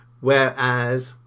Whereas